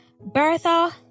Bertha